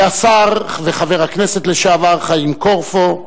והשר וחבר הכנסת לשעבר חיים קורפו,